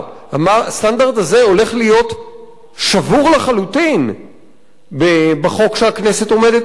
הסטנדרט הזה הולך להיות שבור לחלוטין בחוק שהכנסת עומדת לאמץ.